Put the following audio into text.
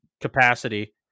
capacity